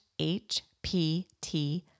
HPT